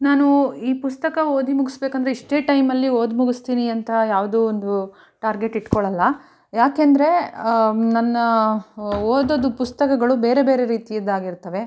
ನಾನು ಈ ಪುಸ್ತಕ ಓದಿ ಮುಗಿಸಬೇಕಂದ್ರೆ ಇಷ್ಟೇ ಟೈಮಲ್ಲಿ ಓದಿ ಮುಗಿಸ್ತೀನಿ ಅಂತ ಯಾವುದು ಒಂದು ಟಾರ್ಗೆಟ್ ಇಟ್ಕೊಳೊಲ್ಲ ಯಾಕೆ ಅಂದರೆ ನನ್ನ ಓದೋದು ಪುಸ್ತಕಗಳು ಬೇರೆ ಬೇರೆ ರೀತಿಯದು ಆಗಿರ್ತವೆ